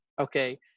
okay